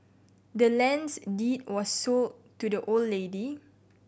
the land's deed was sold to the old lady